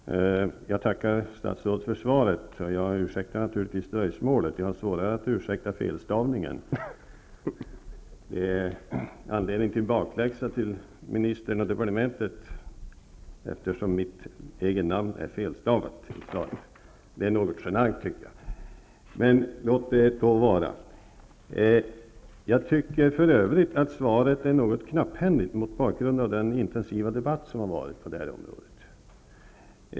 Herr talman! Jag tackar statsrådet för svaret. Jag ursäktar naturligtvis dröjsmålet. Jag har svårare att ursäkta felstavningen av mitt förnamn i svaret. Det är något genant, tycker jag. Det ger anledning till bakläxa till ministern och departementet. Nog om det. Jag tycker för övrigt att svaret är något knapphändigt mot bakgrund av den intensiva debatt som har varit på det här området.